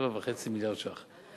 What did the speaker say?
7.5 מיליארד ש"ח.